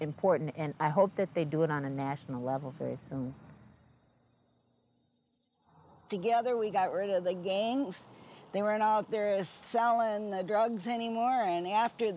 important and i hope that they do it on a national level very soon together we got rid of the gangs they were not there is sell and drugs anymore and after